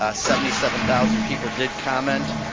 ah seventy-seven thousand people did comment.